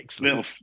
little